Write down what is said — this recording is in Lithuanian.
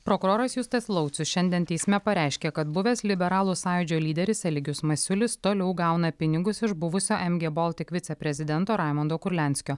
prokuroras justas laucius šiandien teisme pareiškė kad buvęs liberalų sąjūdžio lyderis eligijus masiulis toliau gauna pinigus iš buvusio em gie boltik viceprezidento raimondo kurlianskio